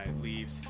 leave